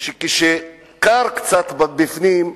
שכשקר קצת בפנים,